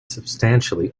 substantially